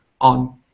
on